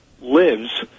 lives